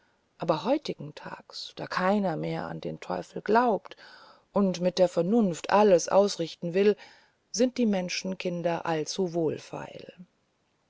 aber heutiges tages da keiner mehr an den teufel glaubt und mit der vernunft alles ausrichten will sind die menschenkinder